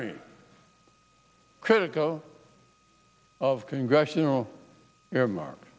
me critical of congressional earmark